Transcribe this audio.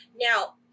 Now